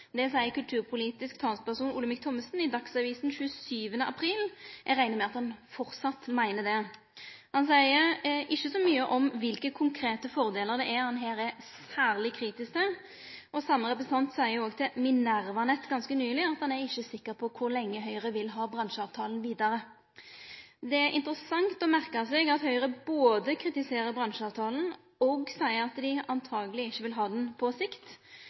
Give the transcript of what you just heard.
Det seier kulturpolitisk talsmann Olemic Thommessen i Dagsavisen 27. april. Eg reknar med at han framleis meiner det. Han seier ikkje så mykje om kva konkrete fordelar han er særleg kritisk til. Den same representanten sa til minervanett.no ganske nyleg at han ikkje er sikker på kor lenge Høgre vil ha bransjeavtalen vidare. Det er interessant å merke seg at Høgre både kritiserer bransjeavtalen og seier at dei antakeleg ikkje vil ha han på sikt.